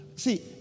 See